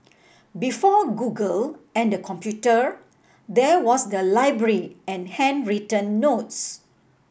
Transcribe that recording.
before Google and the computer there was the library and handwritten notes